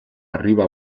arriba